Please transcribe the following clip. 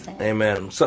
Amen